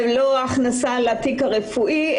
ללא הכנסה לתיק הרפואי,